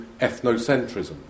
ethnocentrism